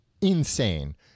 insane